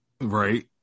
right